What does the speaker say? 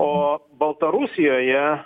o baltarusijoje